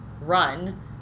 run